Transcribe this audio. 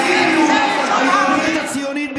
האקסקלוסיביות היהודית הציונית בישראל.